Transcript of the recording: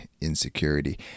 insecurity